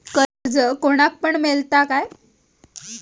कर्ज कोणाक पण मेलता काय?